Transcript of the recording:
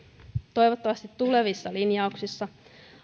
toivottavasti tulevissa linjauksissa